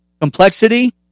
Complexity